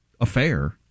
affair